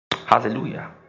Hallelujah